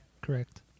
correct